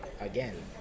Again